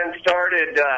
started